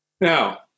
Now